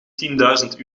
tienduizend